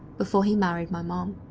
before he married my mom.